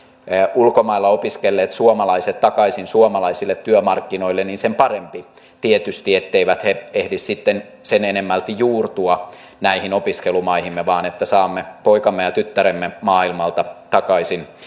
ulkomailla opiskelleet suomalaiset takaisin suomalaisille työmarkkinoille niin sen parempi tietysti etteivät he ehdi sitten sen enemmälti juurtua näihin opiskelumaihinsa vaan että saamme poikamme ja tyttäremme maailmalta takaisin